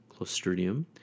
Clostridium